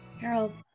Harold